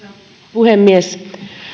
puhemies